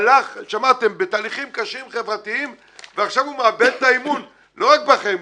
הלך בתהליכים קשים חברתיים ועכשיו הוא מאבד את האמון לא רק בכם,